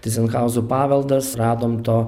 tyzenhauzų paveldas radom to